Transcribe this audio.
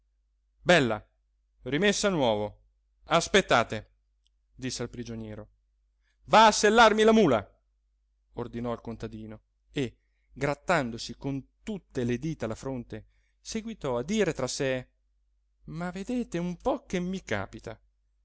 bella rimessa a nuovo aspettate disse al prigioniero va a sellarmi la mula ordinò al contadino e grattandosi con tutte le dita la fronte seguitò a dire tra sé ma vedete un po che mi capita